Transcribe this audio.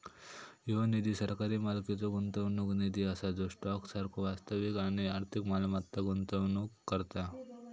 ह्यो निधी सरकारी मालकीचो गुंतवणूक निधी असा जो स्टॉक सारखो वास्तविक आणि आर्थिक मालमत्तांत गुंतवणूक करता